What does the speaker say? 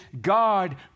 God